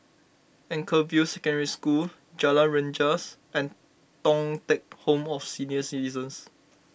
Anchorvale Secondary School Jalan Rengas and Thong Teck Home for Senior Citizens